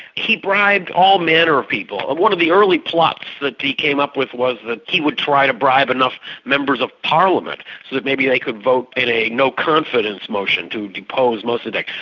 he bribed all manner of people. one of the early plots that he came up with was that he would try to bribe enough members of parliament so that maybe they could vote a no confidence motion to depose mossadeq.